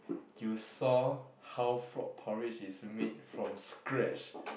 you saw how frog porridge is made from scratch